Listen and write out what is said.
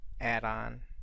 add-on